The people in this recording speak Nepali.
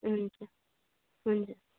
हुन्छ हुन्छ